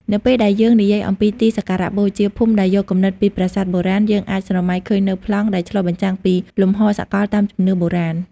នៅពេលដែលយើងនិយាយអំពីទីសក្ការៈបូជាភូមិដែលយកគំនិតពីប្រាសាទបុរាណ យើងអាចស្រមៃឃើញនូវប្លង់ដែលឆ្លុះបញ្ចាំងពីលំហសកលតាមជំនឿបុរាណ។